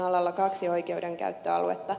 är det likhet inför lagen